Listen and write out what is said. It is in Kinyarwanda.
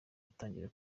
atangira